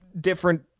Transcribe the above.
different